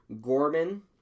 Gorman